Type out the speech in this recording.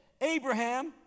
Abraham